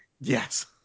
Yes